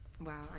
wow